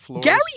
Gary